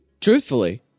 Truthfully